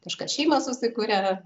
kažkas šeimą susikuria